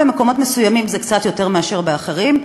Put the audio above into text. במקומות מסוימים זה קצת יותר מאשר באחרים,